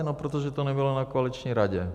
No protože to nebylo na koaliční radě.